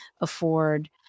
afford